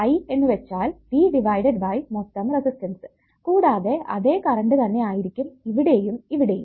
I എന്നുവെച്ചാൽ V divided by മൊത്തം resistance കൂടാതെ അതെ കറണ്ട് തന്നെ ആയിരിക്കും ഇവിടെയും ഇവിടെയും